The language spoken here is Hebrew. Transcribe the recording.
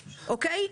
אוקיי?